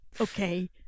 Okay